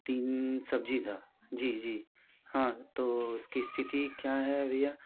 तीन सब्ज़ी थी जी जी हाँ तो स्थिति क्या है भैया